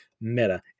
meta